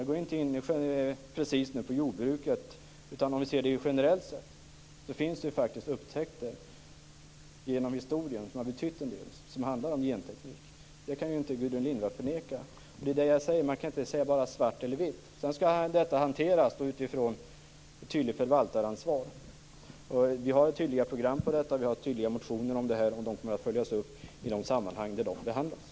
Jag går inte in precis på jordbruket utan talar om gentekniken generellt. Genom historien har det funnits upptäckter på genteknikområdet som har betytt en del. Det kan inte Gudrun Lindvall förneka. Det är det jag säger - man kan inte måla i bara svart eller vitt. Sedan skall detta hanteras utifrån ett tydligt förvaltaransvar. Vi har tydliga program om detta och tydliga motioner, och de kommer att följas upp i de sammanhang där de behandlas.